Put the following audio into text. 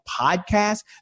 podcast